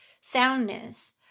soundness